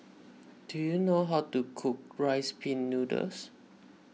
do you know how to cook Rice Pin Noodles